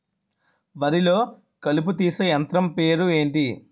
వరి లొ కలుపు తీసే యంత్రం పేరు ఎంటి?